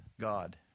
God